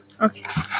Okay